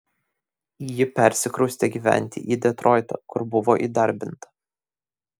ji persikraustė gyventi į detroitą kur buvo įdarbinta